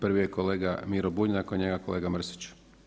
Prvi je kolega Miro Bulj, a nakon njega kolega Mrsić.